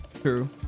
True